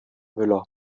müller